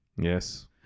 Yes